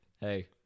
Hey